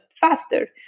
faster